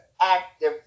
active